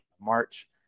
March